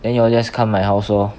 then you all just come my house lor